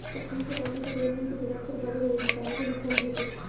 सतही पटौनी से जमीन के जलस्तर बढ़ेला लेकिन पानी के नुकसान भी होखेला